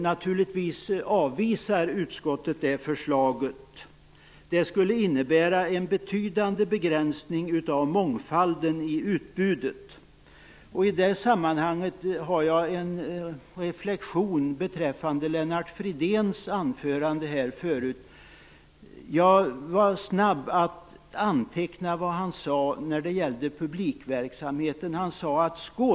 Naturligtvis avvisar utskottet det förslaget. Det skulle innebära en betydande begränsning av mångfalden i utbudet. I det sammanhanget har jag en reflektion över Lennart Fridéns anförande här tidigare. Jag var snabb att anteckna vad han sade om publikverksamheten.